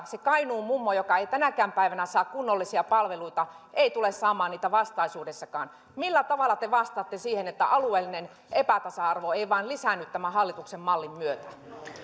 se kainuun mummo joka ei tänäkään päivänä saa kunnollisia palveluita ei tule saamaan niitä vastaisuudessakaan millä tavalla te vastaatte siitä että alueellinen epätasa arvo ei vain lisäänny tämän hallituksen mallin myötä